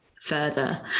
further